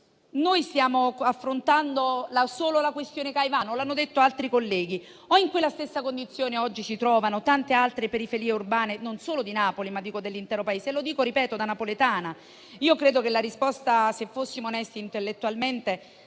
stiamo affrontando solo la questione Caivano - l'hanno detto altri colleghi - o in quella stessa condizione oggi si trovano tante altre periferie urbane, non solo di Napoli, ma dell'intero Paese? Ribadisco che lo dico da napoletana. Credo che la risposta, se fossimo onesti intellettualmente,